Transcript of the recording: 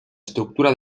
estructura